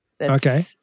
Okay